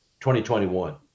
2021